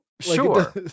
sure